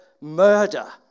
murder